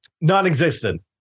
Non-existent